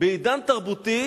בעידן תרבותי